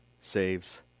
saves